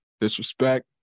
Disrespect